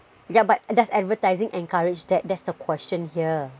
yeah but does advertising encourage that that's the question here